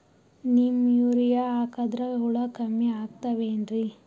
Neem urea ಹಾಕದ್ರ ಹುಳ ಕಮ್ಮಿ ಆಗತಾವೇನರಿ?